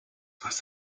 was